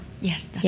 Yes